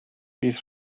bydd